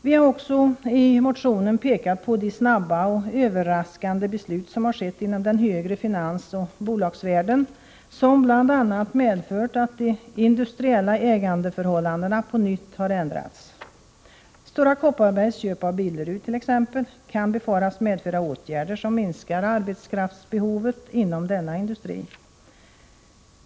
Vi har också i motionen pekat på de snabba och överraskande beslut som har fattats inom den högre finansoch bolagsvärlden, som bl.a. medfört att de industriella ägandeförhållandena på nytt har ändrats. Stora Kopparbergs köp av Billerud kan t.ex. befaras medföra åtgärder som minskar arbetskraftsbehovet inom denna industri.